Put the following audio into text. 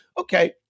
okay